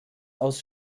aus